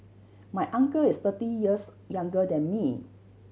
my uncle is thirty years younger than me